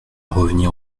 revenir